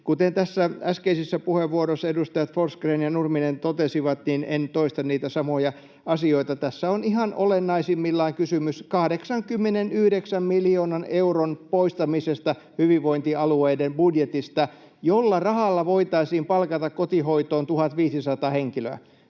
tässä äskeisissä puheenvuoroissa edustajat Forsgrén ja Nurminen totesivat — en toista niitä samoja asioita — tässä on ihan olennaisimmillaan kysymys 89 miljoonan euron poistamisesta hyvinvointialueiden budjetista, jolla rahalla voitaisiin palkata kotihoitoon 1 500 henkilöä.